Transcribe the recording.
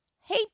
hey